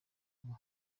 ubu